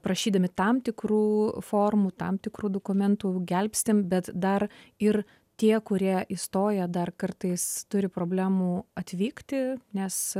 prašydami tam tikrų formų tam tikrų dokumentų gelbstim bet dar ir tie kurie įstoja dar kartais turi problemų atvykti nes